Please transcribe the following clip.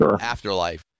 afterlife